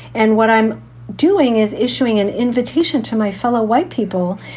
and what i'm doing is issuing an invitation to my fellow white people,